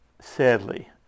Sadly